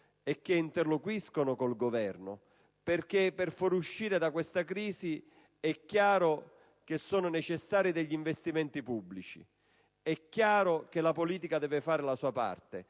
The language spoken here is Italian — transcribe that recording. che interloquisca con il Governo. Infatti, per uscire dalla crisi è chiaro che sono necessari degli investimenti pubblici; ed è chiaro che la politica deve fare la sua parte,